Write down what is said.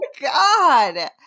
God